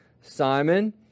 Simon